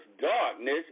darkness